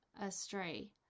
astray